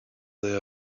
they